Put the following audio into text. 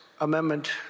amendment